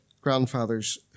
grandfathers